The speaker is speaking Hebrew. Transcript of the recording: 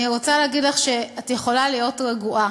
אני רוצה להגיד לך שאת יכולה להיות רגועה.